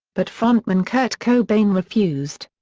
but frontman kurt cobain refused.